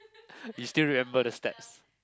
you still remember the steps